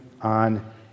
on